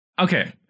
Okay